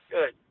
Good